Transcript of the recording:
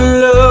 love